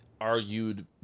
argued